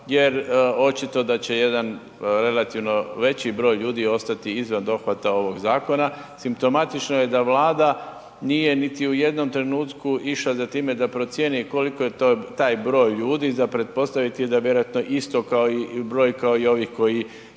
jer očito da će jedan relativno veći broj ljudi ostati izvan dohvata ovog zakona, simptomatično je da Vlada nije niti u jednom trenutku išla za time da procijeni koliki je taj broj ljudi, za pretpostaviti je da je vjerojatno isto kao i broj kao i ovih koji